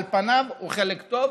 על פניו הוא חלק טוב,